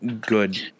Good